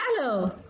Hello